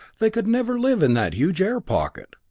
they could never live in that huge airpocket.